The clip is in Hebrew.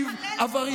אתה רוצה תשובה?